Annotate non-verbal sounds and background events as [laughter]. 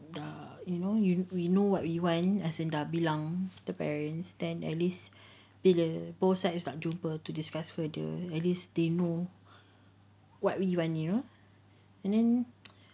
ya you know you we know what we want as dah bilang the parents then at least bila the both sides nak jumpa to discuss further at least they know what we want you know and then [noise]